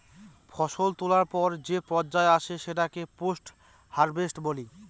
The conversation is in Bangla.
ফসল তোলার পর যে পর্যায় আসে সেটাকে পোস্ট হারভেস্ট বলি